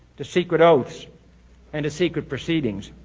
to secret oaths and to secret proceedings.